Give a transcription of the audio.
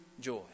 joy